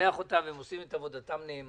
משבח אותם, הם עושים את עבודתם נאמנה.